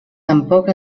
tampoc